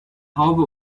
haube